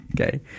okay